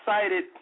excited